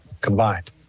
combined